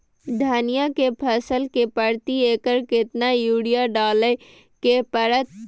धनिया के फसल मे प्रति एकर केतना यूरिया डालय के परतय?